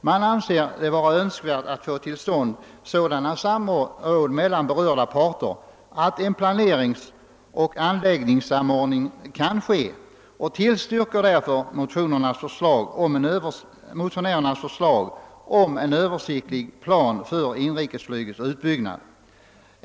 Man anser det önskvärt att få till stånd sådant samråd mellan berörda parter att en planeringsoch anläggningssamordning kan ske och tillstyrker därför motionärernas förslag om en översiktlig plan för inrikesflygets utbyggnad.